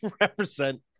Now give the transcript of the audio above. represent